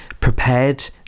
prepared